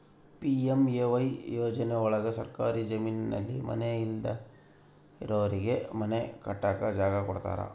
PMAY ಯೋಜನೆ ಒಳಗ ಸರ್ಕಾರಿ ಜಮೀನಲ್ಲಿ ಮನೆ ಇಲ್ದೆ ಇರೋರಿಗೆ ಮನೆ ಕಟ್ಟಕ್ ಜಾಗ ಕೊಡ್ತಾರ